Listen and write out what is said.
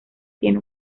tiene